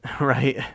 right